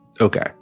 Okay